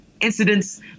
incidents